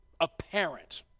apparent